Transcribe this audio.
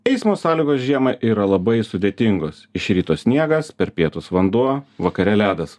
eismo sąlygos žiemą yra labai sudėtingos iš ryto sniegas per pietus vanduo vakare ledas